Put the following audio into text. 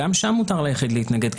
גם שם מותר ליחיד להתנגד.